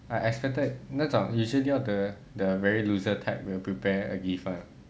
I expected 那种 usually all the the very loser type will prepare a gift one